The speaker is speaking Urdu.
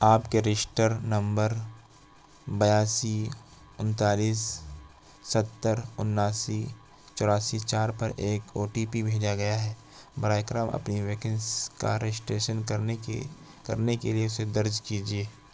آپ کے رجشٹر نمبر بیاسی انتالیس ستر اناسی چوراسی چار پر ایک او ٹی پی بھیجا گیا ہے براہ کرم اپنی ویکنس کا رجسٹریشن کرنے کی کرنے کے لیے اسے درج کیجیے